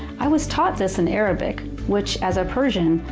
i was taught this in arabic, which as a persian,